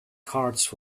cards